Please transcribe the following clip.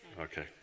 Okay